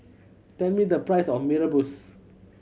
tell me the price of Mee Rebus